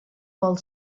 vol